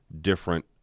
different